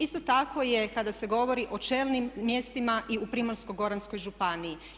Isto tako je kada se govorio o čelnim mjestima i u Primorsko-goranskoj županiji.